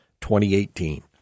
2018